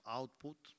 output